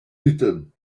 written